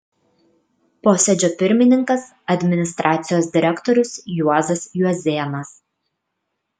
posėdžio pirmininkas administracijos direktorius juozas juozėnas